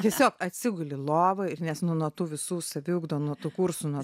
tiesiog atsiguli į lovą ir nes nu nuo tų visų saviugdų nuo tų kursų nuo